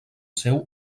seu